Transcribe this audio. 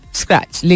scratch